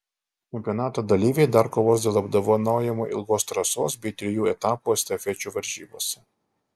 čempionato dalyviai dar kovos dėl apdovanojimų ilgos trasos bei trijų etapų estafečių varžybose